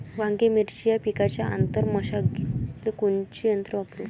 वांगे, मिरची या पिकाच्या आंतर मशागतीले कोनचे यंत्र वापरू?